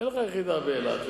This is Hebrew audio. אין לך יחידה באילת.